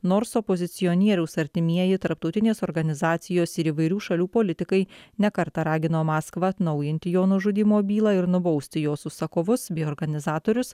nors opozicionieriaus artimieji tarptautinės organizacijos ir įvairių šalių politikai ne kartą ragino maskvą atnaujinti jo nužudymo bylą ir nubausti jos užsakovus bei organizatorius